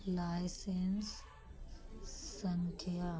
licence संख्या